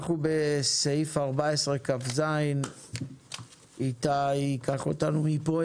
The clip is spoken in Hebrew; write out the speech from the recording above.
אנחנו בסעיף 14כז. איתי, קח אותנו מפה.